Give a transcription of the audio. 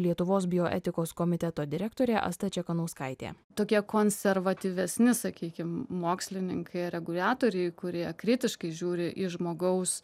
lietuvos bioetikos komiteto lektorė asta čekanauskaitė tokie konservatyvesni sakykim mokslininkai reguliatoriai kurie kritiškai žiūri į žmogaus